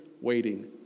waiting